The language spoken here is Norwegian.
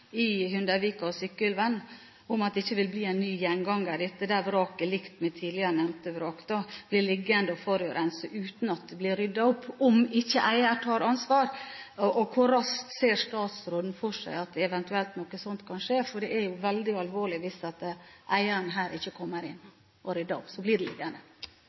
i Hundeidvika og Sykkylven med at det ikke vil bli en ny gjenganger, likt tidligere nevnte vrak – at det blir liggende og forurense uten at det blir ryddet opp, om ikke eier tar ansvar? Og hvor raskt ser statsråden for seg at noe slikt eventuelt kan skje? Det er veldig alvorlig hvis eieren her ikke kommer inn og rydder opp – da blir det liggende.